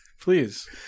Please